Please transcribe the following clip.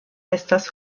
estas